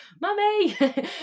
Mummy